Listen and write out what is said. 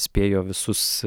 spėjo visus